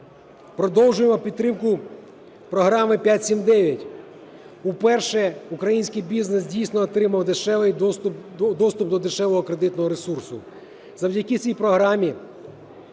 Продовжуємо підтримку програми "5-7-9". Уперше український бізнес дійсно отримав доступ до дешевого кредитного ресурсу. Завдяки цій програмі